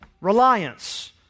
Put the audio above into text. reliance